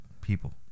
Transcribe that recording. people